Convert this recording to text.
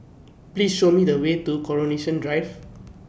Please Show Me The Way to Coronation Drive